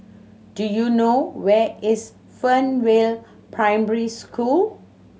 do you know where is Fernvale Primary School